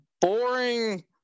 boring